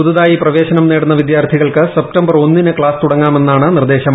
പുതുതായി പ്രവേശനം നേടുന്ന വിദ്യാർത്ഥികൾക്ക് സെപ്തംബർ ഒന്നിന് ക്ലാസ് തുടങ്ങാമെ ന്നാണ് നിർദ്ദേശം